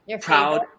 proud